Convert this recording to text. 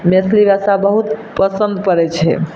मैथिली भाषा बहुत पसन्द पड़ैत छै